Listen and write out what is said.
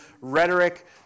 rhetoric